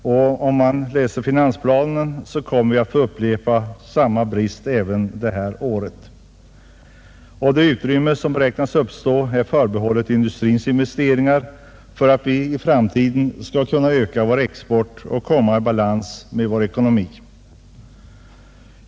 Om man läser finansplanen finner man att detsamma blir fallet även detta år. Det utrymme som beräknas uppstå på kreditmarknaden är förbehållet industrins investeringar för att vi i framtiden skall kunna öka vår export och komma i balans med vår ekonomi.